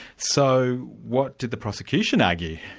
so what did the prosecution argue?